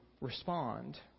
respond